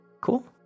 Cool